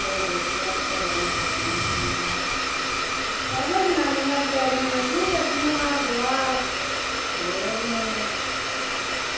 फिर इस्सी हत्थै कन्नै फेरना पौंदा ऐ पैह्लें जनानियां बचैरियां इ'यै करदियां हियां गोहा फेरने